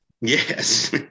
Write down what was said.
Yes